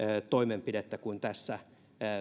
toimenpidettä kuin tässä